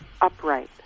upright